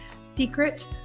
secret